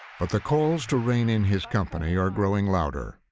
but the calls to rein in his company are growing louder.